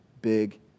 big